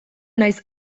nahiz